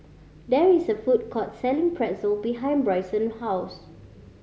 there is a food court selling Pretzel behind Brycen house